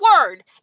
word